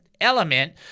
element